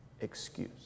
excuse